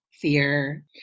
fear